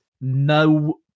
no